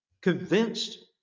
convinced